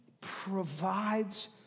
provides